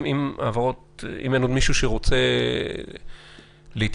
אם אין עוד מישהו שרוצה להתייחס,